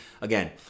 again